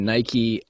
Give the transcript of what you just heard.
Nike